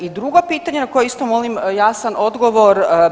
I drugo pitanje na koje isto molim jasan odgovor.